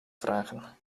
vragen